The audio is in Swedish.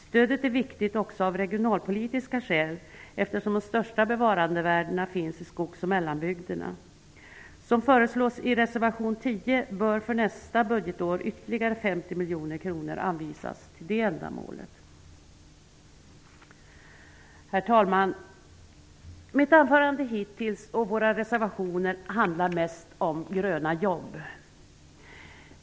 Stödet är viktigt också av regionalpolitiska skäl, eftersom de största bevarandevärdena finns i skogs och mellanbygderna. Som föreslås i reservation 10 bör för nästa budgetår ytterligare 50 miljoner kronor anvisas för det ändamålet. Mitt anförande hittills och våra reservationer handlar mest om gröna jobb.